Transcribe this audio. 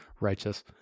righteous